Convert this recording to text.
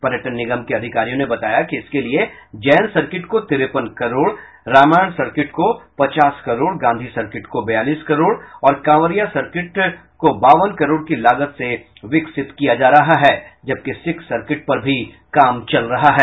पर्यटन निगम के अधिकारियों ने बताया कि इसके लिये जैन सर्किट को तिरेपन करोड़ रामायण सर्किट को पचास करोड़ गांधी सर्किट को बयालीस करोड़ और कावंरिया सर्किट बावन करोड़ की लागत से विकसित किया जा रहा है जबकि सिख सर्किट पर काम चल रहा है